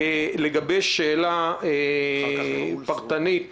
לגבי שאלה פרטנית